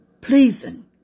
pleasing